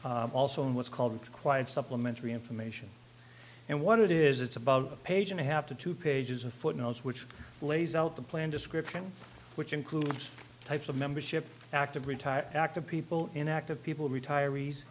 also in what's called quiet supplementary information and what it is it's about a page and a half to two pages of footnotes which lays out the plan description which includes types of membership active retired active people in active people retirees